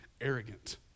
arrogant